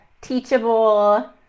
Teachable